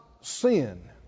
sin